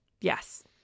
yes